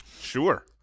Sure